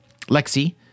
Lexi